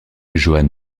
johann